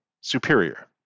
superior